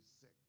sick